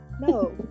No